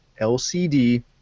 LCD